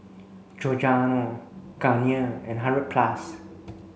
Giordano Garnier and hundred plus